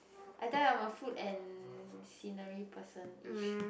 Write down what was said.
I tell you I'm a food and scenery person ish